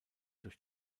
durch